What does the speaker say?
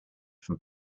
from